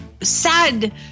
sad